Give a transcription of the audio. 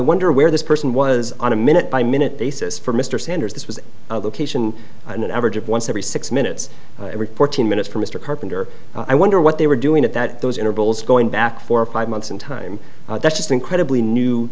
wonder where this person was on a minute by minute basis for mr sanders this was the location and an average of once every six minutes every fourteen minutes for mr carpenter i wonder what they were doing at that those intervals going back four or five months in time that's just incredibly new